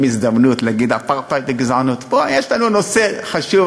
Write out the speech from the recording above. הזדמנות להגיד "אפרטהייד" ו"גזענות" פה יש לנו נושא חשוב,